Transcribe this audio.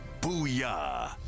booyah